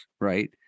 right